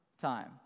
time